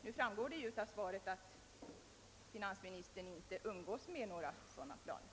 Det framgår nu av det svar jag fått att finansministern inte umgås med några sådana planer.